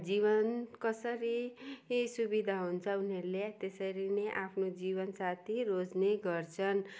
जीवन कसरी सुविधा हुन्छ उनीहरूले त्यसरी नै आफ्नो जीवन साथी रोज्ने गर्छन्